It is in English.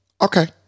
okay